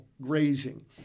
grazing